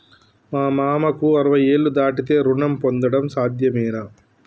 మా మామకు అరవై ఏళ్లు దాటితే రుణం పొందడం సాధ్యమేనా?